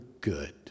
good